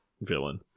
villain